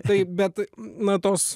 taip bet matosi